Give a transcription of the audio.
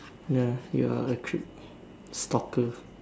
ya you are a creep stalker